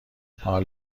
حال